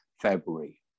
February